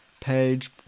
page